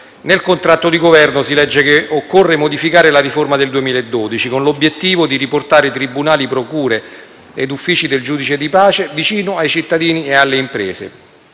Nel contratto di Governo si legge che occorre modificare la riforma del 2012, con l'obiettivo di riportare tribunali, procure e uffici del giudice di pace vicino ai cittadini e alle imprese.